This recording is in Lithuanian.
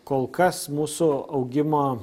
kol kas mūsų augimo